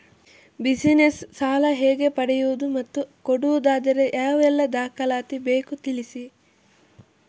Business ಸಾಲ ಹೇಗೆ ಪಡೆಯುವುದು ಮತ್ತು ಕೊಡುವುದಾದರೆ ಯಾವೆಲ್ಲ ದಾಖಲಾತಿ ಬೇಕು ತಿಳಿಸಿ?